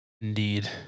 Indeed